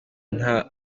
nka